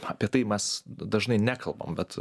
apie tai mes dažnai nekalbam bet